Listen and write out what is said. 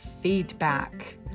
feedback